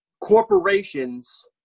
Corporations